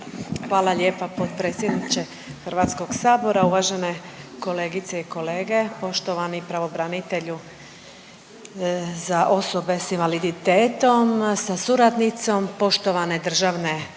Hvala lijepa potpredsjedniče HS-a. Uvažene kolegice i kolege, poštovani pravobranitelju sa osobe s invaliditetom sa suradnicom, poštovane državne tajnice.